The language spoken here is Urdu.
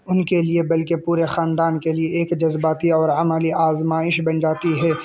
ان کے لیے بلکہ پورے خاندان کے لیے ایک جذباتی اور عملی آزمائش بن جاتی ہے